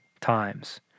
times